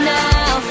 now